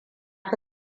fi